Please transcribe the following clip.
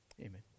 Amen